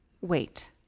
wait